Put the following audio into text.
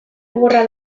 gogorra